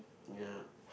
ya